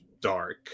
Dark